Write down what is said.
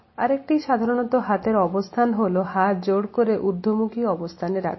আরেকটি সাধারণ হাতের অবস্থান হল হাতজোড় করে ঊর্ধ্বমুখী অবস্থানে রাখা